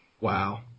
Wow